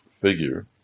figure